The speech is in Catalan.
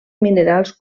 minerals